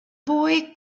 boy